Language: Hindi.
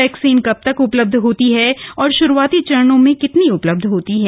वैक्सीन कब तक उपलब्ध होती है और शुरूआती चरण में कितनी उपलब्ध होती है